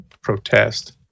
protest